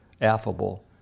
affable